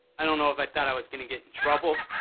i don't know if i thought i was gonna get in trouble,